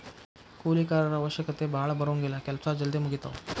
ಕೂಲಿ ಕಾರರ ಅವಶ್ಯಕತೆ ಭಾಳ ಬರುಂಗಿಲ್ಲಾ ಕೆಲಸಾ ಜಲ್ದಿ ಮುಗಿತಾವ